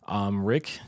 Rick